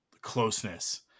closeness